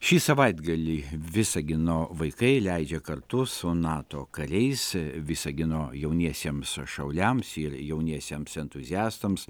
šį savaitgalį visagino vaikai leidžia kartu su nato kariais visagino jauniesiems šauliams ir jauniesiems entuziastams